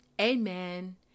Amen